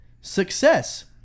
success